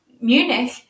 Munich